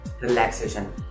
Relaxation